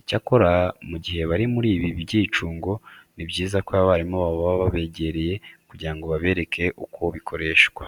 Icyakora mu gihe bari muri ibi byicungo, ni byiza ko abarimu babo baba babegereye kugira ngo babereke uko bikoreshwa.